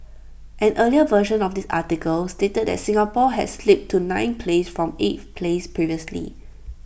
an earlier version of this article stated that Singapore had slipped to ninth place from eighth place previously